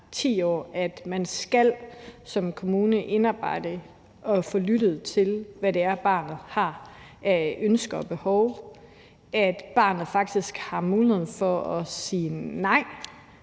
at kommunen skal indarbejde det at få lyttet til, hvad det er, barnet har af ønsker og behov; at barnet faktisk har muligheden for at sige nej